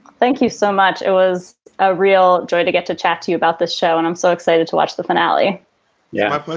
thank you so much. it was a real joy to get to chat to you about the show, and i'm so excited to watch the finale yeah.